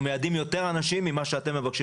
מיידעים יותר אנשים ממה שאתם מבקשים.